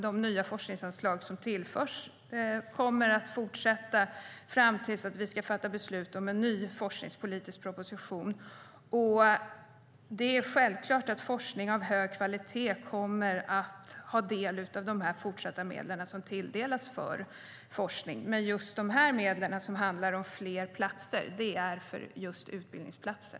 De nya forskningsanslag som tillförs kommer att fortsätta fram till dess att vi ska fatta beslut om en ny forskningspolitisk proposition. Det är självklart att forskning av hög kvalitet kommer att ha del av de fortsatta medel som tilldelas för forskning. Men just de här medlen, som handlar om fler platser, är för utbildningsplatser.